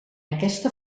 aquesta